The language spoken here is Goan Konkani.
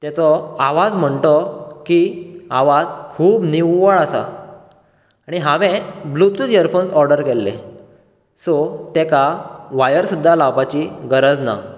तेचो आवाज म्हण तो की आवाज खूब निव्वळ आसा आनी हांवें ब्लूटूथ हेडफोन्स ऑर्डर केल्ले सो ताका वायर सुद्दां लावपाची गरज ना